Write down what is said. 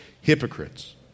hypocrites